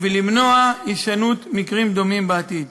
ולמנוע הישנות מקרים דומים בעתיד.